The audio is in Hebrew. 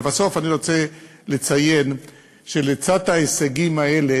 לבסוף, אני רוצה לציין שלצד ההישגים האלה